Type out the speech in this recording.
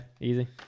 easy